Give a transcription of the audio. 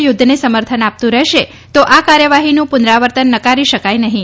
યુદ્ધને સમર્થન આપતું રહેશે તો આ કાર્યવાહીનું પુનરાવર્તન નકારી શકાય નહીં